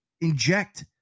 inject